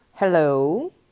Hello